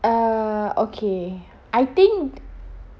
uh okay I think